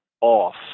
off